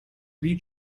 three